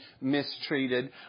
mistreated